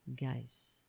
Guys